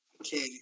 Okay